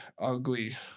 ugly